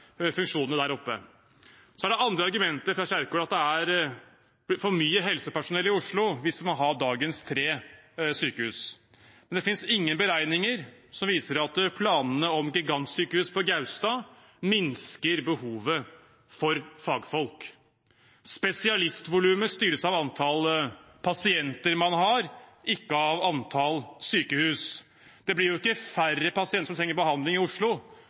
funksjonene der oppe. Så er det andre argumentet fra Kjerkol at det er for mye helsepersonell i Oslo hvis vi må ha dagens tre sykehus. Men det finnes ingen beregninger som viser at planene om gigantsykehus på Gaustad minsker behovet for fagfolk. Spesialistvolumet styres av antall pasienter man har, ikke av antall sykehus. Det blir jo ikke færre pasienter som trenger behandling i Oslo